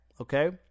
okay